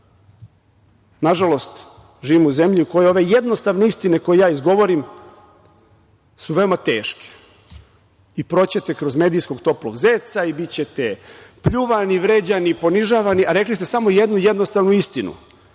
pokazala. Nažalost živimo u zemlji u kojoj ove jednostavne istine koje izgovorim su veoma teške i proći ćete kroz medijskog toplog zeca i bićete pljuvani, vređani, ponižavani, a rekli ste samo jednu jednostavnu istinu